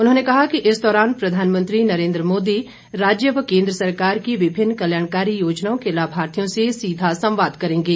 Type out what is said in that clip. उन्होंने कहा कि इस दौरान प्रधानमंत्री नरेंद्र मोदी राज्य व केंद्र सरकार की विभिन्न कल्याणकारी योजनाओं के लाभार्थियों से सीधा संवाद करेंगे